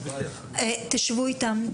תשבו איתם,